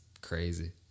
crazy